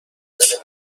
بهش